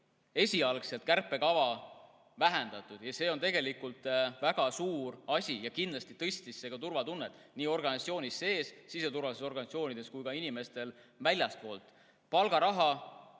esialgset kärpekava vähendanud. See on väga suur asi ja kindlasti tõstis see turvatunnet nii organisatsioonis sees, siseturvalisuse organisatsioonides, kui ka inimestel väljaspool.